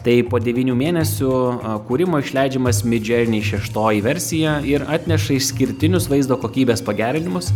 tai po devynių mėnesių kūrimo išleidžiamas midjourney šeštoji versija ir atneša išskirtinius vaizdo kokybės pagerinimus